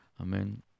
Amen